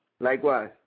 Likewise